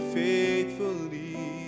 faithfully